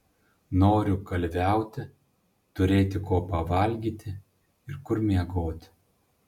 noriu kalviauti turėti ko pavalgyti ir kur miegoti